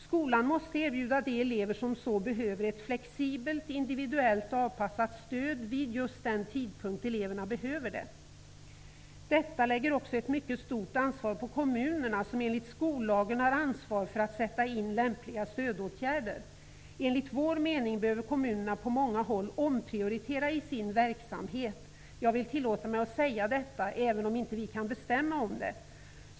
Skolan måste ''erbjuda de elever som så behöver ett flexibelt, individuellt avpassat stöd vid just den tidpunkt eleverna behöver det''. Detta lägger också ett mycket stort ansvar på kommunerna, som enligt skollagen har ansvaret för att sätta in lämpliga stödåtgärder. Enligt vår mening behöver kommunerna på många håll omprioritera i sin verksamhet. Jag tillåter mig att säga det, även om vi inte kan bestämma om detta.